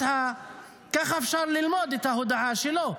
ככה אפשר ללמוד את ההודעה שלו.